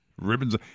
Ribbons